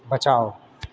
बचाओ